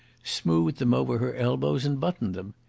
smoothed them over her elbows, and buttoned them.